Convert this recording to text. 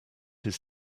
his